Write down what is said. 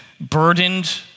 burdened